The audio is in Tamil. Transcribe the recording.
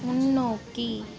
முன்னோக்கி